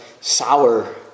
sour